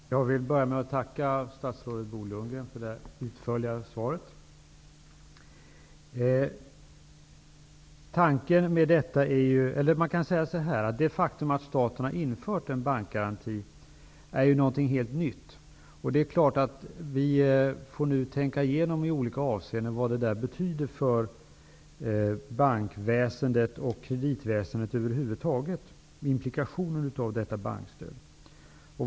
Herr talman! Jag vill börja med att tacka statsrådet Bo Lundgren för det utförliga svaret. Det faktum att staten har infört en bankgaranti är något helt nytt. Det är klart att vi nu i olika avseenden får tänka igenom vad det betyder för bankväsendet och kreditväsendet över huvud taget, implikationen av detta bankstöd.